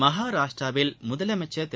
மகாராஷ்டிராவில் முதலமைச்சா் திரு